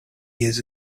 years